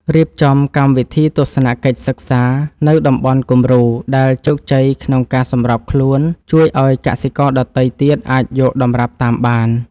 រៀបចំកម្មវិធីទស្សនកិច្ចសិក្សានៅតំបន់គំរូដែលជោគជ័យក្នុងការសម្របខ្លួនជួយឱ្យកសិករដទៃទៀតអាចយកតម្រាប់តាមបាន។